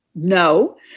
No